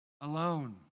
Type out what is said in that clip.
alone